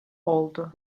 oldu